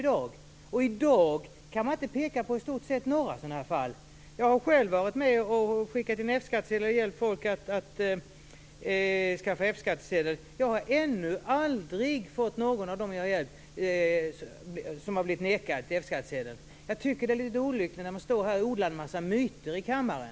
I dag kan man i stort sett inte peka på några sådana fall. Jag har själv varit med och hjälpt folk att skicka in F-skatteblanketter och skaffa F-skattsedel. Ännu har aldrig någon av dem jag hjälpt blivit nekad F skattsedel. Jag tycker att det är lite olyckligt när man står och odlar en massa myter i kammaren.